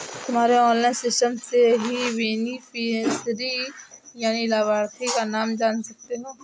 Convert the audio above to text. तुम्हारे online system से ही तुम बेनिफिशियरी यानि लाभार्थी का नाम जान सकते हो